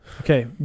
Okay